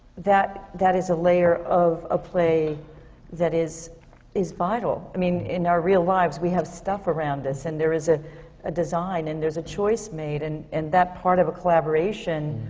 that that is a layer of a play that is is vital. i mean, in our real lives we have stuff around us and there is a a design and there's a choice made. and and that part of a collaboration